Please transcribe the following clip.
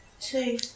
two